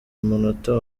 munota